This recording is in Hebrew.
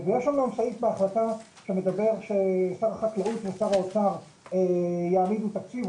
יש לנו סעיף בהחלטה שמדבר ששר החקלאות ושר האוצר יעמידו תקציב,